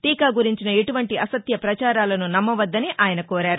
టీకా గురించిన ఎటువంటి అసత్య పచారాలను నమ్మవద్దని ఆయన కోరారు